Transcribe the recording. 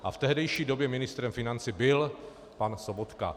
A v tehdejší době ministrem financí byl pan Sobotka.